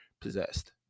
possessed